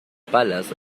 palas